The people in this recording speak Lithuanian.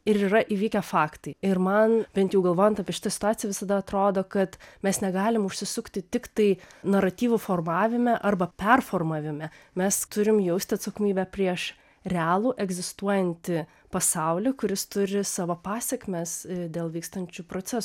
ir yra įvykę faktai ir man bent jau galvojant apie šitą situaciją visada atrodo kad mes negalim užsisukti tiktai naratyvų formavime arba performavime mes turim jausti atsakomybę prieš realų egzistuojantį pasaulį kuris turi savo pasekmes dėl vykstančių procesų